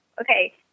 Okay